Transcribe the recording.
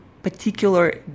particular